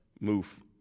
move